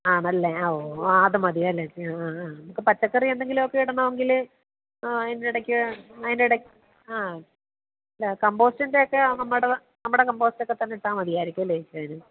ആണല്ലേ ആ ഓഹ് ആ അതുമതിയല്ലേച്ചി ആ ആ ആ നമുക്ക് പച്ചക്കറി എന്തെങ്കിലുമൊക്കെ ഇടണമെങ്കിൽ ആ അതിൻ്റെ ഇടയ്ക്ക് അതിൻ്റെ ഇടയിൽ ആ അല്ല കമ്പോസ്റ്റിൻ്റെയൊക്കെ ആ നമ്മുടെ നമ്മുടെ കമ്പോസ്റ്റൊക്കെ തന്നെ ഇട്ടാൽ മതിയായിരിക്കുമല്ലേ അതിന്